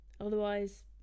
otherwise